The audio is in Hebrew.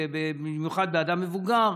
במיוחד לאדם מבוגר,